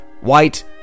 white